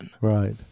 Right